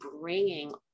bringing